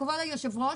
כבוד היושב-ראש,